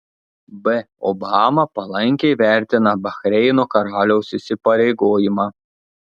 b obama palankiai vertina bahreino karaliaus įsipareigojimą